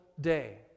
day